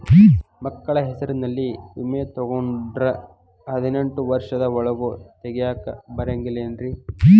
ಮಕ್ಕಳ ಹೆಸರಲ್ಲಿ ವಿಮೆ ತೊಗೊಂಡ್ರ ಹದಿನೆಂಟು ವರ್ಷದ ಒರೆಗೂ ತೆಗಿಯಾಕ ಬರಂಗಿಲ್ಲೇನ್ರಿ?